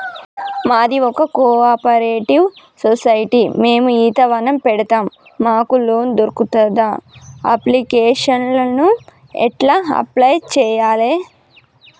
మాది ఒక cooperative society మేము ఈత వనం పెడతం మాకు లోన్ దొర్కుతదా? అప్లికేషన్లను ఎట్ల అప్లయ్ చేయాలే?